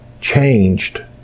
changed